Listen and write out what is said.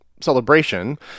celebration